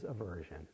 aversion